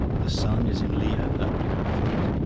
the sun is in leo that would account for it!